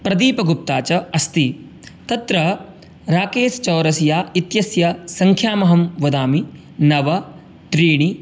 प्रदीपगुप्ता च अस्ति तत्र राकेशचौरसिया इत्यस्य सङ्ख्यामहं वदामि नव त्रीणि